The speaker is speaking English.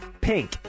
Pink